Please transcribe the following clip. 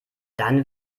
dann